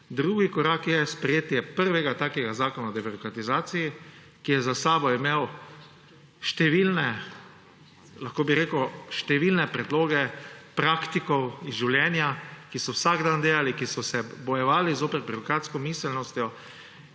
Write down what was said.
Drugi korak je sprejetje prvega takega zakona o debirokratizaciji, ki je za seboj imel številne predloge praktikov iz življenja, ki so vsak dan delali, ki so se bojevali zoper birokratsko miselnost